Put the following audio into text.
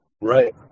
Right